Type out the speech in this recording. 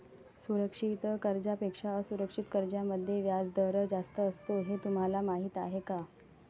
सुरक्षित कर्जांपेक्षा असुरक्षित कर्जांमध्ये व्याजदर जास्त असतो हे तुम्हाला माहीत आहे का?